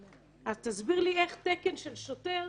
אז תסביר לי איך תקן של שוטר,